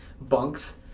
bunks